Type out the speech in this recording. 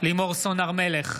לימור סון הר מלך,